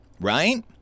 Right